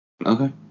Okay